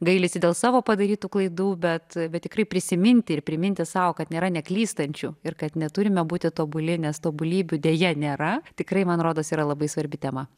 gailisi dėl savo padarytų klaidų bet tikrai prisiminti ir priminti sau kad nėra neklystančių ir kad neturime būti tobuli nes tobulybių deja nėra tikrai man rodos yra labai svarbi tema